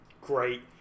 great